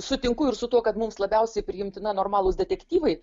sutinku ir su tuo kad mums labiausiai priimtina normalūs detektyvai